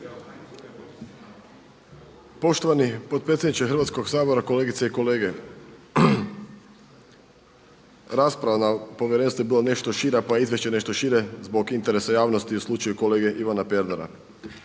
Poštovani potpredsjedniče Hrvatskog sabora, kolegice i kolege. Rasprava na Povjerenstvu je bila nešto šira, pa je izvješće nešto šire zbog interesa javnosti u slučaju kolege Ivana Pernara.